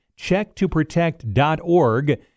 checktoprotect.org